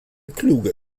kluge